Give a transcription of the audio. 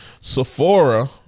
Sephora